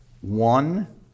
One